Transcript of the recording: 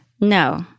No